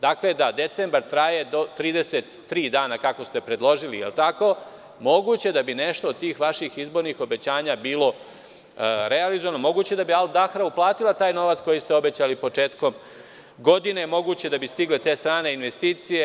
Dakle, da decembar traje do 33 dana, kako ste predložili, moguće da bi nešto od tih vaših izbornih obećanja bilo realizovano, moguće da bi „Al Dahra“ uplatila taj novac koji ste obećali početkom godine i moguće da bi stigle te strane investicije.